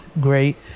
great